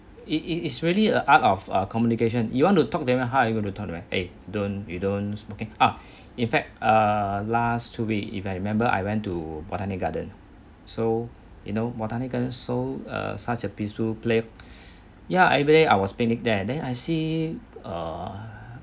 it it is really a out of our communication you want to talk them or how are you going to talk to them eh don't you don't smoking ah in fact err last two week if I remember I went to botanic garden so you know botanic garden so err such a peaceful place ya I was picnic there then I see err